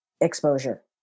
exposure